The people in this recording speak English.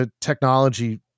technology